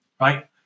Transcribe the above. right